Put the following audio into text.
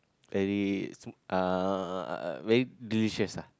very smo~ uh very delicious ah